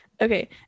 Okay